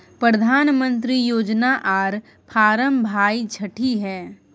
प्रधानमंत्री योजना आर फारम भाई छठी है?